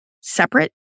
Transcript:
separate